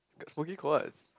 smokey quarts